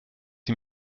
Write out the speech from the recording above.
sie